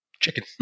Chicken